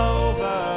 over